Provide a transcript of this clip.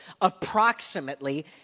approximately